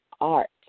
Art